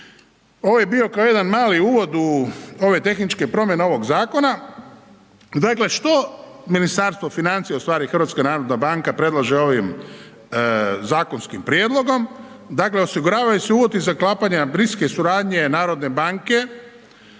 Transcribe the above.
ovo je bio kao jedan mali uvod u ove tehničke promjene ovog zakona, dakle što Ministarstvo financija ustvari, HNB predlaže ovim zakonskim prijedlogom? Dakle osiguravaju se uvjeti za sklapanje bliske suradnje narodne banke